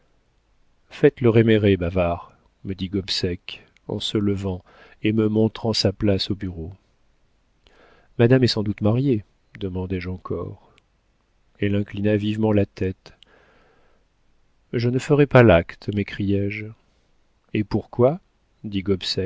faites le réméré bavard me dit gobseck en se levant et me montrant sa place au bureau madame est sans doute mariée demandai-je encore elle inclina vivement la tête je ne ferai pas l'acte m'écriai-je et pourquoi